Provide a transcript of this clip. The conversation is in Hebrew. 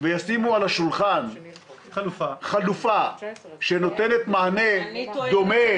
וישים על השולחן חלופה שנותנת מענה דומה,